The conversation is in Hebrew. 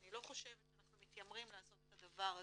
אני לא חושבת שאנחנו מתיימרים לעשות את הדבר הזה,